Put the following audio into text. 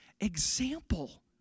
example